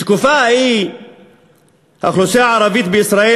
בתקופה ההיא האוכלוסייה הערבית בישראל